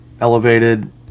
elevated